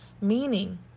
Meaning